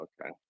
okay